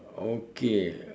okay